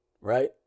right